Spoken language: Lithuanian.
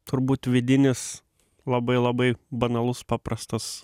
turbūt vidinis labai labai banalus paprastas